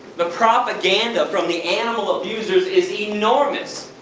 the propaganda from the animal abusers is enormous!